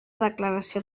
declaració